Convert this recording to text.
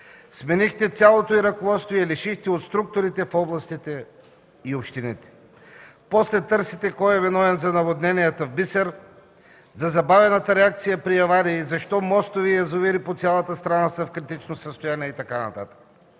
Сменихте цялото й ръководство и я лишихте от структурите в областите и общините. После търсите кой е виновен за наводненията в Бисер, за забавената реакция при аварии, защо мостове и язовири по цялата страна са в критично състояние и така